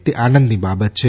તે આનંદની બાબત છે